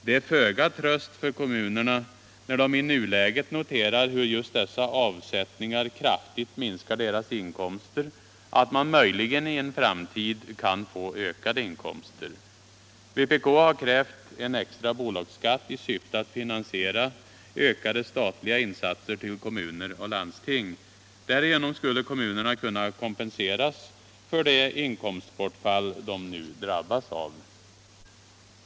Det är föga tröst för kommunerna, när de i nuläget noterar hur just dessa avsättningar kraftigt minskar deras inkomster, att man möjligen i en framtid kan få ökade inkomster. Vpk har krävt en extra bolagsskatt i syfte att finansiera ökade statliga insatser till kommuner och landsting. Därigenom skulle kommunerna kunna kompenseras för det inkomstbortfall de nu drabbats av.